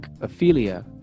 Ophelia